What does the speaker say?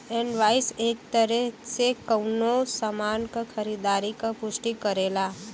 invoice एक तरे से कउनो सामान क खरीदारी क पुष्टि करेला